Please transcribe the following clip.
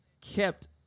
kept